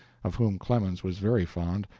of whom clemens was very fond,